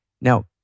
Now